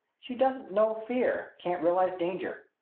she doesn't know fear can't realize danger.